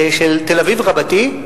של תל-אביב רבתי,